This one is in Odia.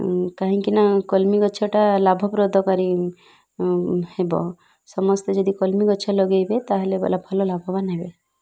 କାହିଁକିନା କଲ୍ମି ଗଛଟା ଲାଭ ପ୍ରଦାନକାରୀ ହେବ ସମସ୍ତେ ଯଦି କଲ୍ମି ଗଛ ଲଗେଇବେ ତା'ହେଲେ ଭଲ ଲାଭବାନ ହେବେ